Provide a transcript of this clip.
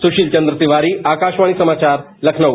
सुशील चंद्र तिवारी आकाशवाणी समाचार लखनऊ